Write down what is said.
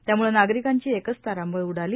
त्यामुळे नागरिकांची एकच तारांबळ उडाली